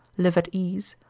live at ease,